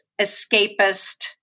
escapist